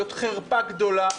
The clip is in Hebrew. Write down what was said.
זאת חרפה גדולה.